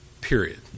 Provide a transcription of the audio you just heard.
period